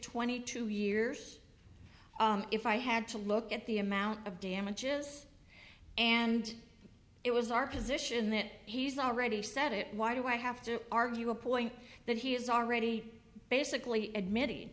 twenty two years if i had to look at the amount of damages and it was our position that he's already set it why do i have to argue a point that he is already basically admitt